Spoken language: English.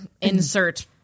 insert